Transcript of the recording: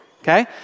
okay